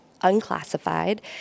unclassified